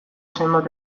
zenbat